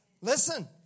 Listen